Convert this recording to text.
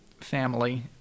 family